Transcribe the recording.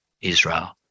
Israel